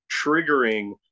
triggering